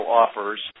offers